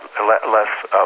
less